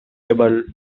able